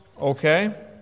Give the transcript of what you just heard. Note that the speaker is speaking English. Okay